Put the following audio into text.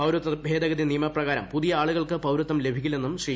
പൌരത്വ ഭേദ്ഗിതി നിയമ പ്രകാരം പുതിയ ആളുകൾക്ക് പൌരത്വം ലഭിക്കില്ലെന്നും ശ്രീ